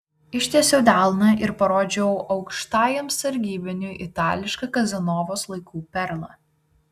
ištiesiau delną ir parodžiau aukštajam sargybiniui itališką kazanovos laikų perlą